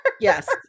Yes